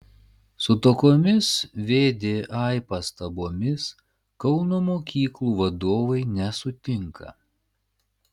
su tokiomis vdai pastabomis kauno mokyklų vadovai nesutinka